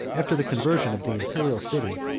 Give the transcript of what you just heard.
after the conversion of the imperial city,